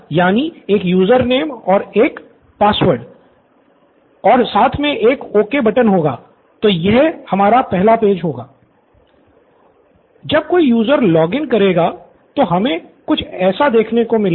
student Siddharth जब कोई user log in करेगा तो हमे कुछ ऐसा देखने को मिलेगा